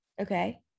okay